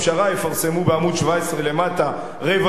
יפרסמו בעמוד 17 למטה רבע שורה.